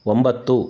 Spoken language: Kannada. ಒಂಬತ್ತು